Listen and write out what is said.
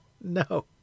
No